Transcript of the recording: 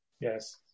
Yes